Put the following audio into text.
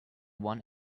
one